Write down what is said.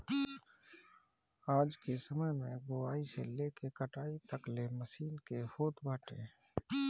आजके समय में बोआई से लेके कटाई तकले मशीन के होत बाटे